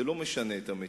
זה לא משנה את המציאות.